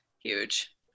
huge